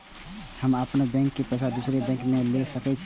हम अपनों बैंक के पैसा दुसरा बैंक में ले सके छी?